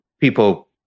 people